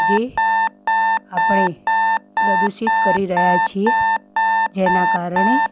જે આપણે પ્રદૂષિત કરી રહ્યા છીએ જેના કારણે